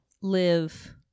live